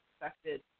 expected